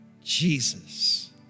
Jesus